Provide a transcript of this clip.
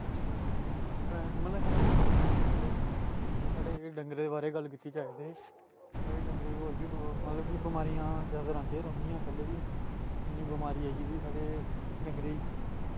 मतलब हस्वैंडरी मतलब साढ़े जेह्के डंगरें बारे च गल्ल कीती जाए ते साढ़े डंगरे होर बी मतलव कि बमारियां जैदातर औंदियां ई रौंह्दियां पैह्ले बी इन्नी बमारी आई गेदी साढ़े डंगरे ई